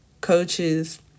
coaches